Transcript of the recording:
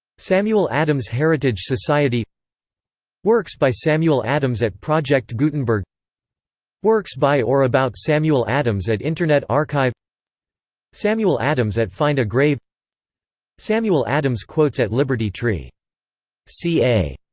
samuel adams heritage society works by samuel adams at project gutenberg works by or about samuel adams at internet archive samuel adams at find a grave samuel adams quotes at liberty-tree ca